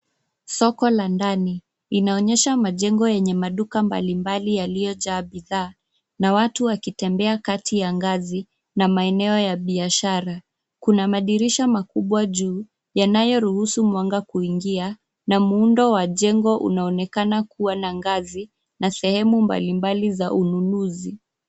Soko la ndani linaonyesha majengo yenye maduka mbalimbali yaliyojaa bidhaa na watu wakitembea kati ya ngazi na maeneo ya biashara. Kuna madirisha makubwa juu yanayoruhusu mwanga kuingia na muundo wa jengo unaonekana kuwa na ngazi na sehemu mbalimbali za ununuzi.